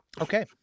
Okay